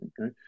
Okay